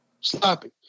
Sloppy